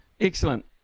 Excellent